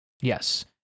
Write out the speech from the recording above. yes